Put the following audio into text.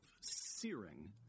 searing